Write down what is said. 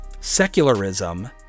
secularism